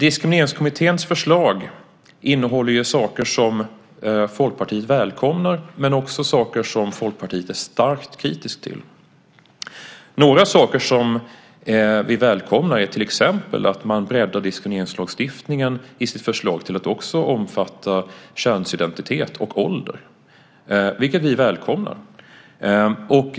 Diskrimineringskommitténs förslag innehåller saker som Folkpartiet välkomnar, men också saker som Folkpartiet är starkt kritiskt till. En sak som vi välkomnar är till exempel att man i sitt förslag breddar diskrimineringslagstiftningen till att också omfatta könsidentitet och ålder.